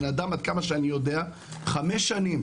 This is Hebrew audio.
הבן אדם, עד כמה שאני יודע, חמש שנים